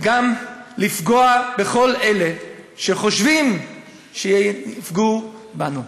וגם לפגוע בכל אלה שחושבים שיפגעו בנו.